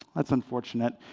that's unfortunate.